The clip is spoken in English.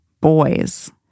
boys